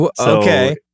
Okay